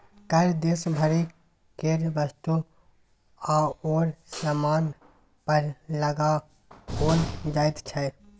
कर देश भरि केर वस्तु आओर सामान पर लगाओल जाइत छै